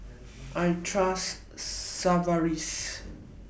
I Trust Sigvaris